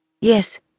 Yes